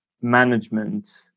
management